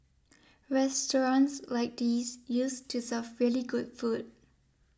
restaurants like these used to serve really good food